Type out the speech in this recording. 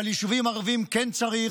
אבל יישובים ערביים כן צריך,